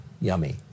yummy